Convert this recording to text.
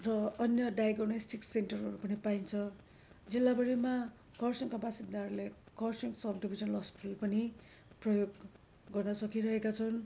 र अन्य डाइगोनेस्टिक सेन्टरहरू पनि पाइन्छ जिल्लाभरिमा खरसाङको बासिन्दाहरूले खरसाङ सब डिभिजन हस्पिटल पनि प्रयोग गर्न सकिरहेका छन्